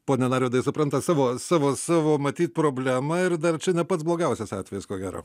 pone narvydai supranta savo savo savo matyt problemą ir dar čia ne pats blogiausias atvejis ko gero